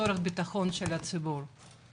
לצורך ביטחון הציבור.